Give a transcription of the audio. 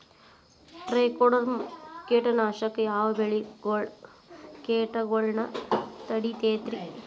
Trichoderma ಕೇಟನಾಶಕ ಯಾವ ಬೆಳಿಗೊಳ ಕೇಟಗೊಳ್ನ ತಡಿತೇತಿರಿ?